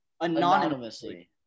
Anonymously